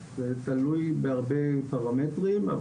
זה תלוי בהרבה פרמטרים.